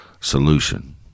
solution